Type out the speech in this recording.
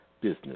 business